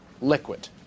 liquid